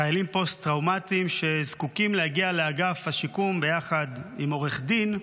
חיילים פוסט-טראומטיים שזקוקים להגיע לאגף השיקום ביחד עם עורך דין,